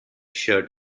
shirt